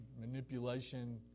manipulation